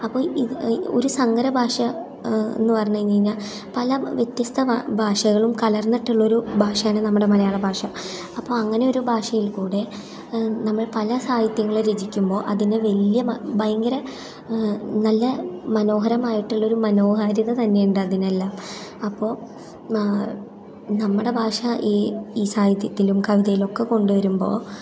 അപ്പം ഇത് ഒരു സങ്കരഭാഷ എന്ന് പറഞ്ഞ് കഴിഞ്ഞ് കഴിഞ്ഞാൽ പല വ്യത്യസ്ത ബാ ഭാഷകളും കലർന്നിട്ടുള്ള ഭാഷയാണ് നമ്മുടെ മലയാള ഭാഷ അപ്പം അങ്ങനെയൊരു ഭാഷയിൽകൂടെ നമ്മൾ പല സാഹിത്യങ്ങളും രചിക്കുമ്പോൾ അതിന് വലിയ ഭയങ്കര നല്ല മനോഹരമായിട്ടൊള്ള ഒരു മനോഹാരിത തന്നെയുണ്ട് അതിനെല്ലാം അപ്പോൾ നാ നമ്മുടെ ഭാഷ ഈ ഈ സാഹിത്യത്തിലും കവിതയിലുമൊക്കെ കൊണ്ടുവരുമ്പോൾ